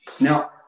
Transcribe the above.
Now